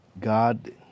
God